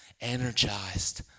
energized